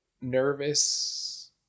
nervous